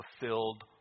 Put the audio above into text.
fulfilled